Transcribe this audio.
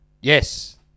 Yes